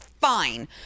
fine